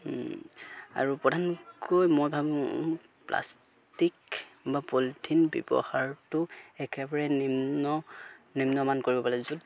আৰু প্ৰধানকৈ মই ভাবোঁ প্লাষ্টিক বা পলিথিন ব্যৱহাৰটো একেবাৰে নিম্ন নিম্নমান কৰিব লাগে